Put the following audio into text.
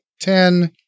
ten